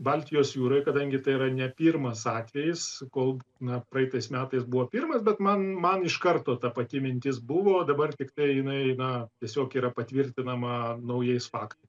baltijos jūroj kadangi tai yra ne pirmas atvejis kol na praeitais metais buvo pirmas bet man man iš karto ta pati mintis buvo dabar tiktai jinai na tiesiog yra patvirtinama naujais faktais